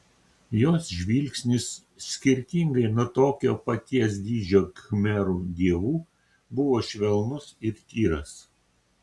jos žvilgsnis skirtingai nuo tokio paties dydžio khmerų dievų buvo švelnus ir tyras